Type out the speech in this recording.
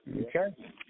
Okay